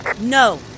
No